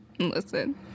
Listen